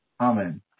Amen